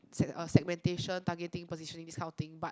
seg~ oh segmentation targeting positioning this kind of thing but